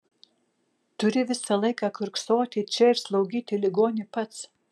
turi visą laiką kiurksoti čia ir slaugyti ligonį pats